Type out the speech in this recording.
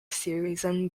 season